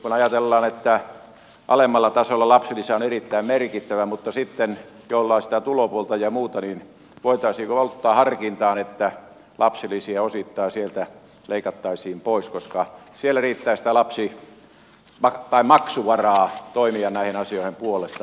kun esimerkiksi ajatellaan että alemmalla tasolla lapsilisä on erittäin merkittävä niin voitaisiinko sitten niiden osalta joilla on sitä tulopuolta ja muuta ottaa harkintaan että lapsilisiä osittain sieltä leikattaisiin pois koska siellä riittää sitä maksuvaraa toimia näiden asioiden puolesta